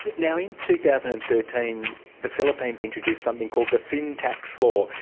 you know in two thousand and thirteen the philippines introduced something called the sin tax law,